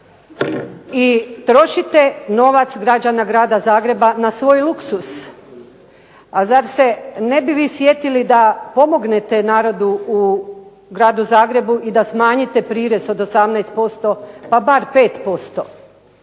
i trošite novac građana grada Zagreba na svoj luksuz, a zar se ne bi vi sjetili da pomognete narodu u gradu Zagrebu i da smanjite prirez od 18% pa bar 5%.